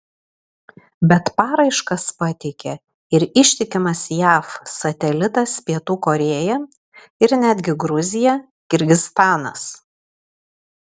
bet paraiškas pateikė ir ištikimas jav satelitas pietų korėja ir netgi gruzija kirgizstanas